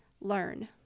learn